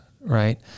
right